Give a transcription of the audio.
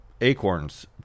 acorns